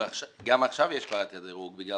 גם עכשיו יש כבר דירוג מסוים בגלל